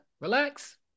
Relax